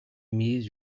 miss